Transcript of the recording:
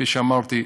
כפי שאמרתי,